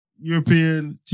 European